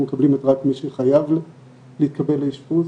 מקבלים רק את מי שחייב להתקבל לאשפוז.